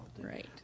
Right